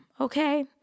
okay